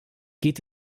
geht